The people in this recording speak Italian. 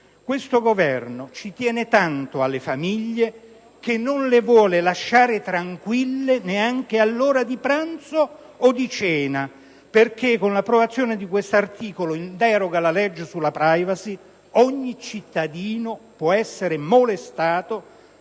Questo Governo ci tiene tanto alle famiglie che non le vuole lasciare tranquille neanche all'ora di pranzo o di cena, perché con l'approvazione di questo articolo, in deroga alla legge sulla *privacy*, ogni cittadino può essere molestato